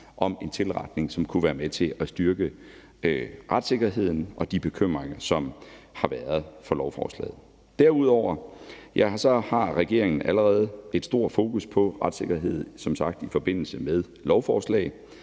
om en tilretning, som kunne være med til at styrke retssikkerheden og håndtere de bekymringer, som har været om lovforslaget. Derudover har regeringen som sagt allerede et stort fokus på retssikkerhed i forbindelse med lovforslag,